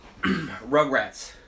Rugrats